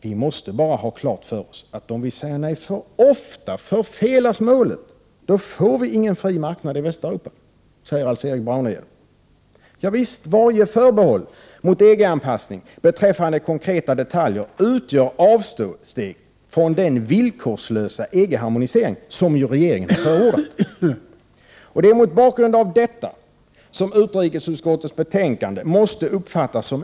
Vi måste bara ha klart för oss att om vi säger nej för ofta förfelas målet — då får vi ingen fri marknad i Västeuropa.” Ja, visst — varje förbehåll mot EG-anpassning beträffande konkreta detaljer utgör avsteg från den villkorslösa EG-harmonisering som regeringen förordat! Det är mot denna bakgrund utrikesutskottets betänkande måste uppfattas Prot.